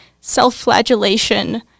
self-flagellation